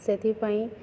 ସେଥିପାଇଁ